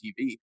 TV